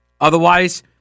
Otherwise